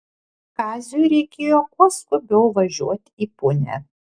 kaziui reikėjo kuo skubiau važiuot į punią